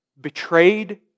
betrayed